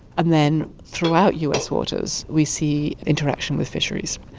and then throughout us waters we see interaction with fisheries.